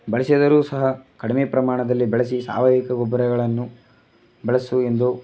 ಬಳಸಿದರೂ ಸಹ ಕಡಿಮೆ ಪ್ರಮಾಣದಲ್ಲಿ ಬಳಸಿ ಸಾವಯುವಿಕ ಗೊಬ್ಬರಗಳನ್ನು ಬಳಸು ಎಂದು